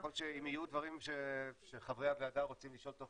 אנחנו נציג ואם יהיו דברים שחברי הוועדה רוצים לשאול תוך